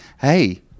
hey